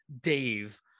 Dave